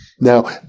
Now